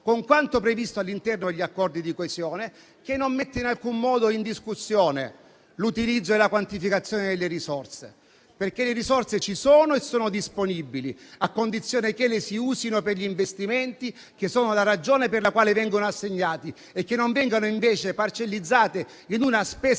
campo quanto previsto all'interno degli accordi di coesione, che non mette in alcun modo in discussione l'utilizzo e la quantificazione delle risorse. Le risorse ci sono e sono disponibili, a condizione che le si usino per gli investimenti, che sono la ragione per la quale vengono assegnate e non vengano invece parcellizzate in una spesa